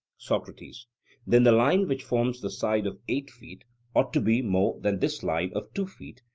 socrates then the line which forms the side of eight feet ought to be more than this line of two feet,